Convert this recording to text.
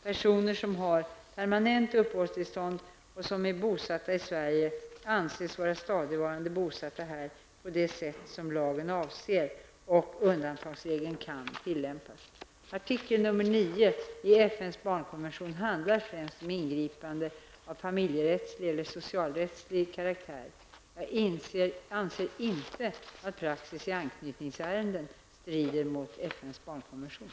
Personer som har permanent uppehållstillstånd och som är bosatta i Sverige anses vara stadigvarande bosatta här på det sätt som lagen avser och undantagsregeln kan tillämpas. Artikel 9 i FNs barnkonvention handlar främst om ingripande av familjerättslig eller socialrättslig karaktär. Jag anser inte att praxis i anknytningsärenden strider mot FNs barnkonvention.